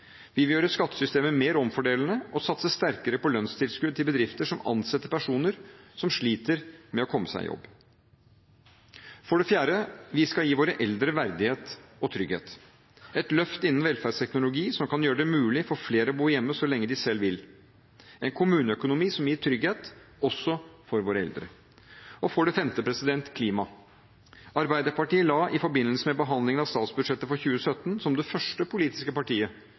Vi vil gjøre skattesystemet mer omfordelende og satse sterkere på lønnstilskudd til bedrifter som ansetter personer som sliter med å komme seg i jobb. For det fjerde: Vi skal gi våre eldre verdighet og trygghet – et løft innen velferdsteknologi som kan gjøre det mulig for flere å bo hjemme så lenge de selv vil, en kommuneøkonomi som gir trygghet – også for våre eldre. Og for det femte: klima. Arbeiderpartiet la i forbindelse med behandlingen av statsbudsjettet for 2017, som det første politiske partiet